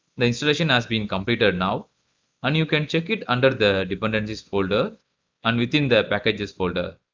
the installation has been completed now and you can check it under the dependencies folder and within the packages folder.